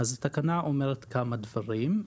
התקנה אומרת כמה דברים.